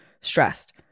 stressed